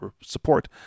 support